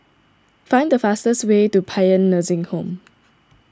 find the fastest way to Paean Nursing Home